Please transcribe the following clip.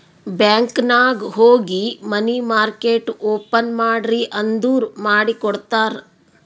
bank ನಾಗ್ ಹೋಗಿ money market open ಮಾಡ್ರಿ ಅಂದುರ್ ಮಾಡಿ ಕೊಡ್ತಾರ್